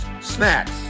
snacks